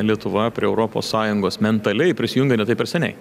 lietuva prie europos sąjungos mentaliai prisijungė ne taip ir seniai